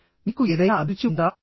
మీకు ఏదైనా అభిరుచి ఉందా